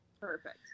Perfect